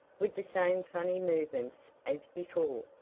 with the same funny movements as before.